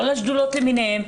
לא לשדולות למיניהן,